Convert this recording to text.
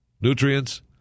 Nutrients